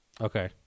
Okay